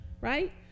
Right